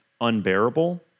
unbearable